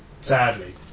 sadly